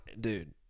Dude